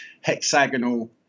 hexagonal